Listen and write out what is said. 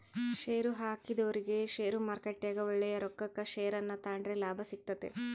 ಷೇರುಹಾಕಿದೊರಿಗೆ ಷೇರುಮಾರುಕಟ್ಟೆಗ ಒಳ್ಳೆಯ ರೊಕ್ಕಕ ಷೇರನ್ನ ತಾಂಡ್ರೆ ಲಾಭ ಸಿಗ್ತತೆ